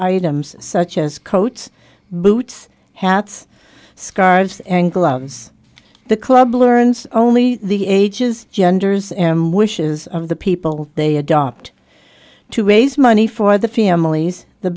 items such as coats boots hats scarves angle outings the club learns only the ages genders and wishes of the people they adopt to raise money for the families the